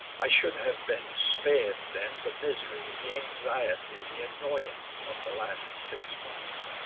i should have been spared then the misery, the anxiety, the annoyance of the last six months.